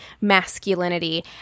masculinity